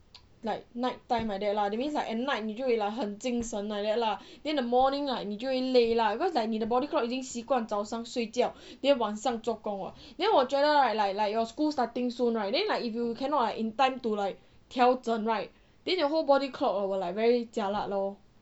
like night time like that lah that means like at night 你就会 like 很精神 like that lah then the morning like 你就会累 lah because like 你的 body clock 已经习惯早上睡觉 then 晚上做工 [what] then 我觉得 right like like your school starting soon right then like if you cannot like in time to like 调整 right then your whole body clock hor will like very jialat lor